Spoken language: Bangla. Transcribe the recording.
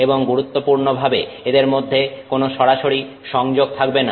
এবং গুরুত্বপূর্ণভাবে এদের মধ্যে কোন সরাসরি সংযোগ থাকবে না